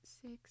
six